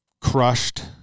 crushed